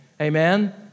Amen